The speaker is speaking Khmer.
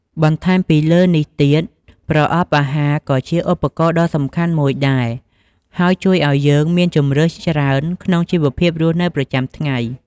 បន្ថែមពីលើនេះទៀត ប្រអប់អាហារក៏ជាឧបករណ៍ដ៏សំខាន់មួយដែរ ហើយជួយឲ្យយើងមានជម្រើសច្រើនក្នុងជីវភាពរស់នៅប្រចាំថ្ងៃ។